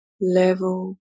level